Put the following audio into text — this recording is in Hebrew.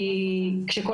שרוצות גם לגשת.